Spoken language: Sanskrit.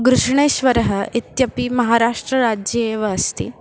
गृशणेश्वरः इत्यपि महाराष्ट्रराज्ये एव अस्ति